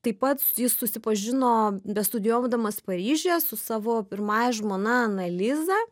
taip pat jis susipažino bestudijuodamas paryžiuje su savo pirmąja žmona ana liza